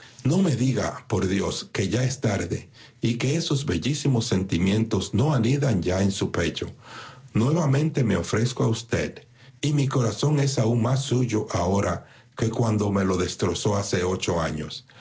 no me diga por dios que ya es tarde y que esos bellísimos sentimientos no anidan ya en su pecho nuevamente me ofrezco a usted y mi corazón es aún más suyo ahora que cuando me lo destrozó hace ocho años